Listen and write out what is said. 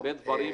הרבה דברים